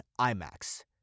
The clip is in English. IMAX